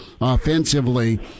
offensively